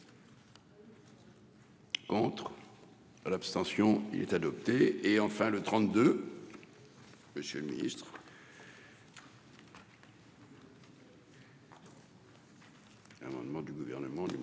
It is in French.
Contre. L'abstention, il est adopté et enfin le 32. Monsieur le ministre. Un amendement du gouvernement numéro